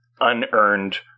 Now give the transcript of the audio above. unearned